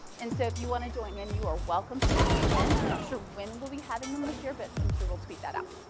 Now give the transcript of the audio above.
and so if you want to join in, you are welcome to join in. i'm not sure when we'll be having them this year, but i'm sure we'll tweet that out.